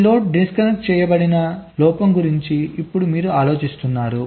ఈ load disconnect చేయబడిన లోపం గురించి ఇప్పుడు మీరు ఆలోచిస్తున్నారు